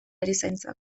erizaintzak